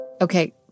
Okay